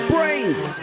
Brains